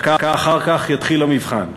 דקה אחר כך יתחיל המבחן.